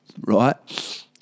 right